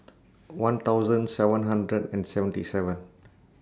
one thousand seven hundred and seventy seven